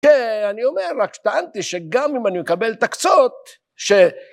אני אומר רק שטענתי שגם אם אני מקבל את הקצות ש..